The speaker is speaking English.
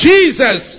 Jesus